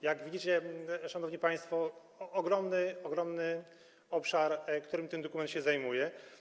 Jak widzicie, szanowni państwo, jest to ogromny obszar, którym ten dokument się zajmuje.